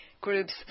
groups